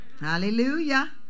Hallelujah